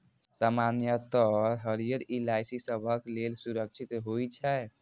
सामान्यतः हरियर इलायची सबहक लेल सुरक्षित होइ छै